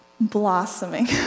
blossoming